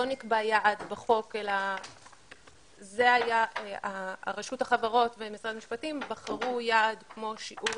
לא נקבע יעד בחוק אלא רשות החברות ומשרד המשפטים בחרו יעד כמו שיעור